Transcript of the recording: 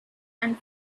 and